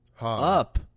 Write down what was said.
up